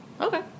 Okay